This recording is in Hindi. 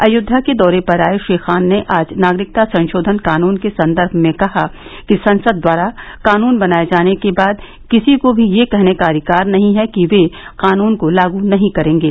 अयोध्या के दौरे पर आए श्री खान ने आज नागरिकता संशोधन कानून के संदर्भ में कहा कि संसद द्वारा कानून बनाए जाने के बाद किसी को भी यह कहने का अधिकार नहीं है कि र्वे कानून को लागू नहीं करेंगे